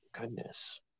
goodness